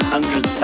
Hundred